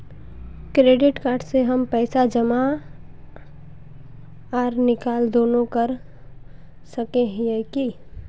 Credit card से हम पैसा जमा आर निकाल दोनों कर सके हिये की?